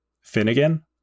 Finnegan